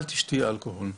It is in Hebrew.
שלא תשתה אלכוהול.